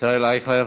ישראל אייכלר.